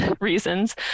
reasons